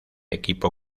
equipo